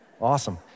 awesome